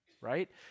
right